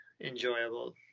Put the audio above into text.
enjoyable